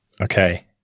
Okay